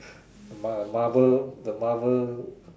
mar~ Marvel the Marvel